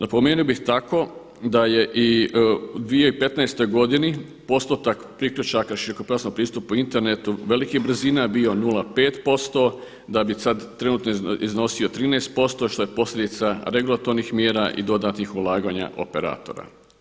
Napomenuo bih tako da je i u 2015. godini postotak priključaka širokopojasnog pristupa internetu velikih brzina bio 0,5%, da bi sada trenutno iznosio 13% što je posljedica regulatornih mjera i dodatnih ulaganja operatora.